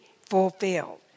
fulfilled